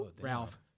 Ralph